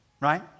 Right